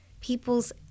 people's